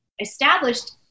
established